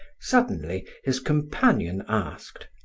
suddenly his companion asked,